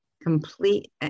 complete